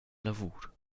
lavur